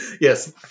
Yes